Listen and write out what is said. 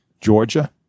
Georgia